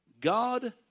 God